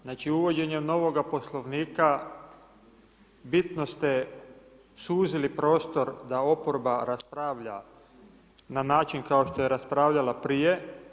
Znači uvođenjem novoga Poslovnika bitno ste suzili prostor da oporba raspravlja na način kao što je raspravljala prije.